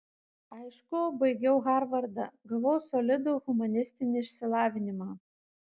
aišku baigiau harvardą gavau solidų humanistinį išsilavinimą